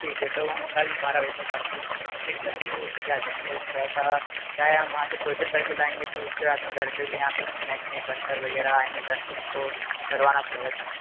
ठीक है तो हम कल बारह बजे तक आपको उसको कंप्लीट करके भिजा देंगे थोड़ा सा क्या है हम वहाँ से टोचन करके लाएँगे तो उसके बाद में घर पर भी यहाँ पर मैकनिक वर्कर वग़ैरह आएँगे घर पर उनको करवाना पड़ेगा थोड़ा सा